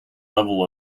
level